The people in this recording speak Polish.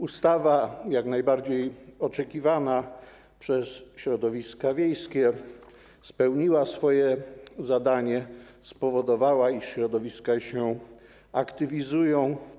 Ustawa, jak najbardziej oczekiwana przez środowiska wiejskie, spełniła swoje zadanie, spowodowała, iż środowiska się aktywizują.